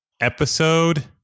episode